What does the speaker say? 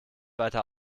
weiter